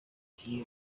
here